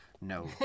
No